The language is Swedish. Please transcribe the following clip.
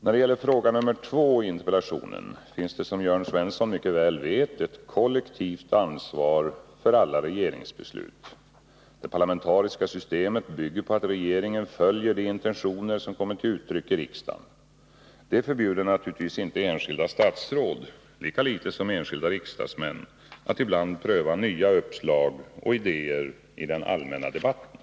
När det gäller fråga nummer två i interpellationen finns det som Jörn Svensson mycket väl vet ett kollektivt ansvar för alla regeringsbeslut. Det parlamentariska systemet bygger på att regeringen följer de intentioner som kommer till uttryck i riksdagen. Det förbjuder naturligtvis inte enskilda statsråd — lika litet som enskilda riksdagsmän — att ibland pröva nya uppslag och idéer i den allmänna debatten.